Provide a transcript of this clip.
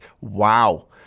wow